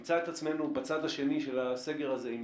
נמצא את עצמנו בצד השני של הסגר הזה עם